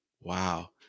Wow